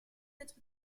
être